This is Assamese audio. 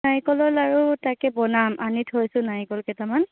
নাৰিকলৰ লাড়ু তাকে বনাম আনি থৈছোঁ নাৰিকল কেইটামান